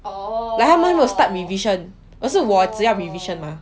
like 他们会 start revision also 我只要 revision mah